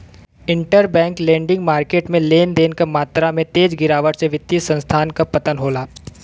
interbank lending market में लेन देन क मात्रा में तेज गिरावट से वित्तीय संस्थान क पतन होला